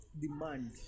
demand